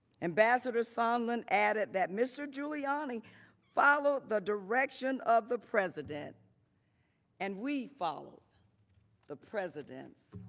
ambassador sondland added that mr. giuliani followed the direction of the president and we followed the president's